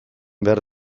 behar